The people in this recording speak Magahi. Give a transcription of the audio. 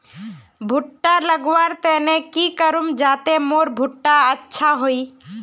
भुट्टा लगवार तने की करूम जाते मोर भुट्टा अच्छा हाई?